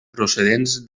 procedents